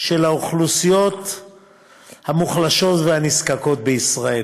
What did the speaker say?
של האוכלוסיות המוחלשות והנזקקות בישראל.